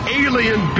alien